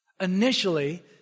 Initially